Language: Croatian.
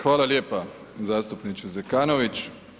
Hvala lijepa zastupniče Zekanović.